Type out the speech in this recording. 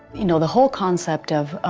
you know the whole concept of